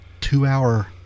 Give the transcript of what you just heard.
two-hour